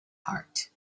heart